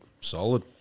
Solid